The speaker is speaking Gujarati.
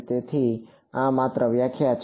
તેથી આ માત્ર વ્યાખ્યા છે